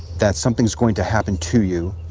that something's going to happen to you